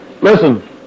Listen